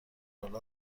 حال